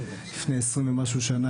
לפני עשרים ומשהו שנה,